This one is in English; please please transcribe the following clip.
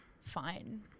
fine